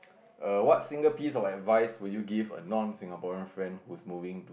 err what single piece of advice would you give a non Singaporean friend who's moving to